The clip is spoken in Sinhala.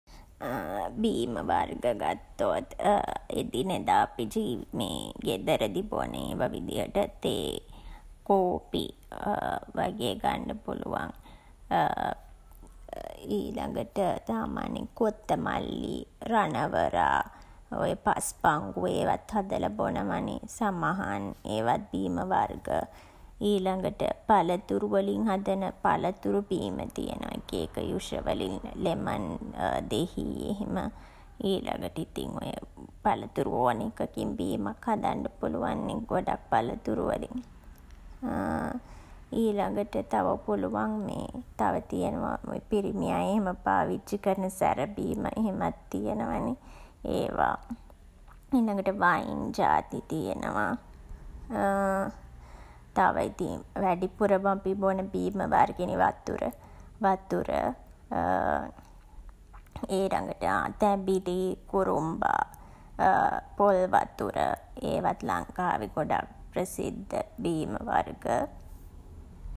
බීම වර්ග ගත්තොත් එදිනෙදා අපි ගෙදරදී බොන ඒවා විදියට තේ, කෝපි වගේ ගන්ඩ පුළුවන්. ඊළඟට සාමාන්‍යයෙන් කොත්තමල්ලි, රණවරා, ඔය පස්පංගුව ඒවත් හදලා බොනවා නේ. සමහන්. ඒවත් බීම වර්ග. ඊළඟට පළතුරු වලින් හදන පළතුරු බීම තියනවා එක එක යුෂ වලින් ලෙමන් දෙහි එහෙම. ඊළඟට ඉතින් ඔය පළතුරු ඕන එකකින් බීමක් හදන්න පුළුවන් නේ ගොඩක් පළතුරු වලින්. ඊළඟට තව පුළුවන් මේ <> තව තියනවා පිරිමි අය එහෙම පාවිච්චි කරන සැර බීම එහෙමත් තියනවා නේ ඒවා. ඊළඟට වයින් ජාති තියනවා. තව ඉතින් වැඩිපුරම අපි බොන බීම වර්ගෙනේ වතුර. වතුර. ඊළඟට තැඹිලි, කුරුම්බා පොල් වතුර. ඒවත් ලංකාවේ ගොඩක් ප්‍රසිද්ධ බීම වර්ග.